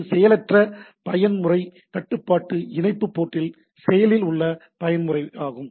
இது செயலற்ற பயன்முறை கட்டுப்பாட்டு இணைப்பு போர்ட்டில் செயலில் உள்ள பயன்முறையாகும்